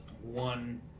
one